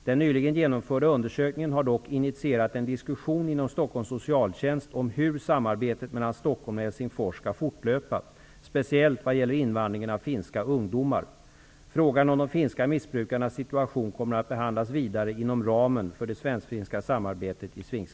Den nyligen genomförda undersökningen har dock initierat en diskussion inom Stockholms socialtjänst om hur samarbetet mellan Stockholm och Helsingfors skall fortlöpa, speciellt vad gäller invandringen av finska ungdomar. Frågan om de finska missbrukarnas situation kommer att behandlas vidare inom ramen för det svensk-finska samarbetet i SFINKS